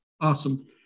Awesome